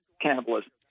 cannibalism